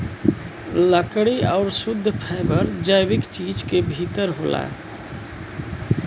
लकड़ी आउर शुद्ध फैबर जैविक चीज क भितर होला